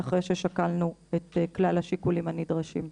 אחרי ששקלנו את כלל השיקולים הנדרשים.